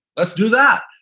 let's do that.